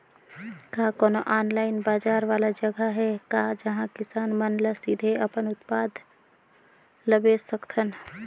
का कोनो ऑनलाइन बाजार वाला जगह हे का जहां किसान मन ल सीधे अपन उत्पाद ल बेच सकथन?